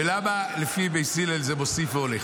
ולמה לפי בית הלל זה "מוסיף והולך"?